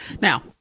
Now